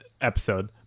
episode